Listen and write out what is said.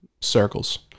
circles